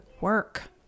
work